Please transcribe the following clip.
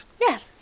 Yes